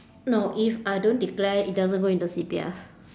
no if I don't declare it doesn't go into C_P_F